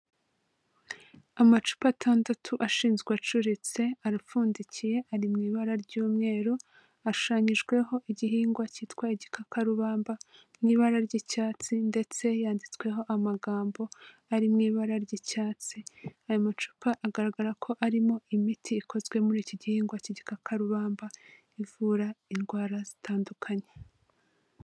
Amacupa atandatu ashinzwe acuritse arapfundikiye ari mu ibara ry'umweru, ashushanyijweho igihingwa cyitwa igikakarubamba mu ibara ry'icyatsi ndetse yanditsweho amagambo ari mu ibara ry'icyatsi. Aya macupa agaragara ko arimo imiti ikozwe muri iki gihingwa cy'igikakarubamba ivura indwara zitandukanye.